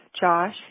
Josh